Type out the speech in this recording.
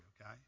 okay